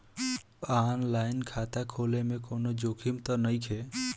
आन line खाता खोले में कौनो जोखिम त नइखे?